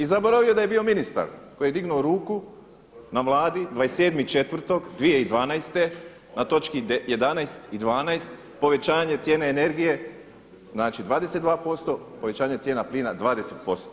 I zaboravio je da je bio ministar koji je dignuo ruku na vladi 27.4.2012. na točki 11 i 12 povećanje cijena energije znači 22%, povećanje cijene plina 20%